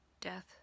death